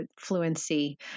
fluency